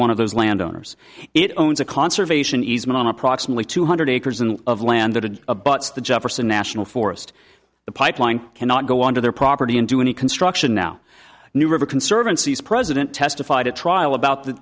one of those landowners it owns a conservation easement on approximately two hundred acres and of land that it abuts the jefferson national forest the pipeline cannot go onto their property and do any construction now new river conservancy president testified at trial about the